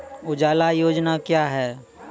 उजाला योजना क्या हैं?